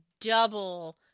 double